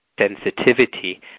sensitivity